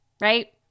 Right